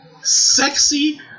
sexy